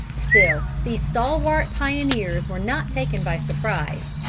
still these stalwart pioneers were not taken by surprise.